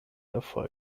erfolg